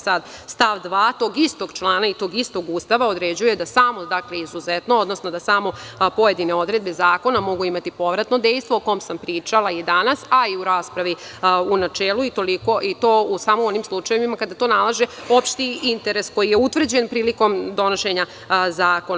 Sada stav dva tog isto člana i tog istog Ustava određuje da samo izuzetno, odnosno da samo pojedine odredbe zakona mogu imati povratno dejstvo o kome sam pričala i danas, a i u raspravi u načelu i to samo u onim slučajevima kada to nalaže opšti interes koji je utvrđen prilikom donošenja zakona.